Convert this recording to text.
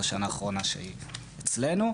זו השנה האחרונה שהיא אצלנו.